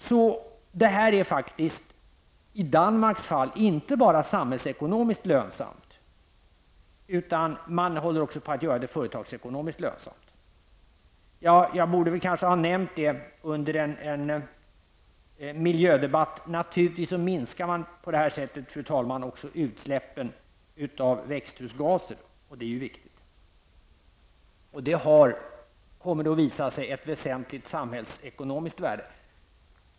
I Danmarks fall är detta inte bara samhällsekonomiskt lönsamt, utan man håller också på att göra det företagsekonomiskt lönsamt. Eftersom detta är en miljödebatt borde jag kanske också nämna, fru talman, att naturligtvis även utsläppen av växthusgaser minskas, något som ju är viktigt. Det kommer att visa sig att detta har ett väsentligt samhällsekonomiskt värde.